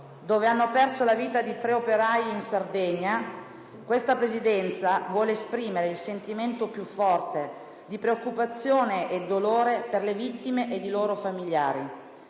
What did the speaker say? cui hanno perso la vita tre operai, in Sardegna, questa Presidenza vuole esprimere il sentimento più forte di preoccupazione e dolore per le vittime e i loro familiari.